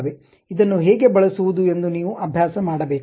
ಇದನ್ನು ಹೇಗೆ ಬಳಸುವುದು ಎಂದು ನೀವು ಅಭ್ಯಾಸ ಮಾಡಬೇಕು